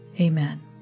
Amen